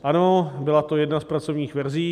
Ano, byla to jedna z pracovních verzí.